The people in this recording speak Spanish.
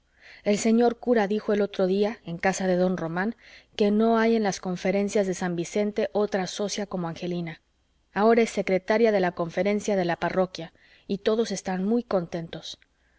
el señor cura dijo el otro día en casa de don román que no hay en las conferencias de san vicente otra socia como angelina ahora es secretaria de la conferencia de la parroquia y todos están muy contentos